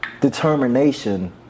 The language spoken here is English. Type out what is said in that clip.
determination